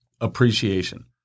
appreciation